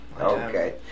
Okay